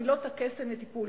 מילות הקסם לטיפול.